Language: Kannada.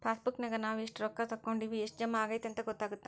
ಪಾಸಬುಕ್ನ್ಯಾಗ ನಾವ ಎಷ್ಟ ರೊಕ್ಕಾ ತೊಕ್ಕೊಂಡಿವಿ ಎಷ್ಟ್ ಜಮಾ ಆಗೈತಿ ಅಂತ ಗೊತ್ತಾಗತ್ತ